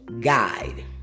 guide